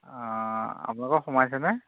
আপোনালোকৰ সোমাইছেনে